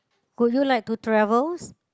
would you like to travels